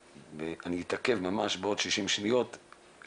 אומרים דבר ראשון עוד לפני נטילת ידיים,